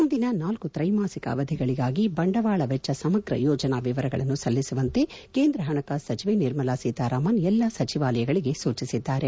ಮುಂದಿನ ನಾಲ್ಕು ತ್ರೈಮಾಸಿಕ ಅವಧಿಗಳಿಗಾಗಿ ಬಂಡವಾಳ ವೆಚ್ಚ ಸಮಗ್ರ ಯೋಜನಾ ವಿವರಗಳನ್ನು ಸಲ್ಲಿಸುವಂತೆ ಕೇಂದ್ರ ಹಣಕಾಸು ಸಚಿವೆ ನಿರ್ಮಲಾ ಸೀತಾರಾಮನ್ ಎಲ್ಲಾ ಸಚಿವಾಲಯಗಳಿಗೆ ಸೂಚಿಸಿದ್ದಾರೆ